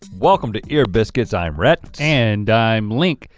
welcome to ear biscuits, i'm rhett. and i'm link.